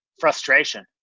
frustration